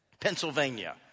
Pennsylvania